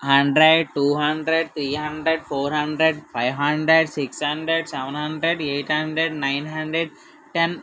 hundred two hundred three hundred four hundred fiive hundred six hundred seven hundred eight hundred nine hundred ten